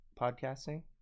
podcasting